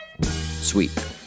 Sweet